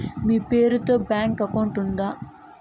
మీ పేరు తో bank account ఉందా?